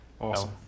Awesome